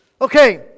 Okay